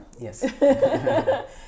yes